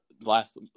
Last